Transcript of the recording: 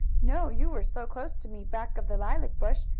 no, you were so close to me, back of the lilac bush,